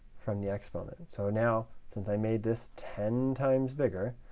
from the exponent. so now, since i made this ten times bigger,